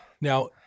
Now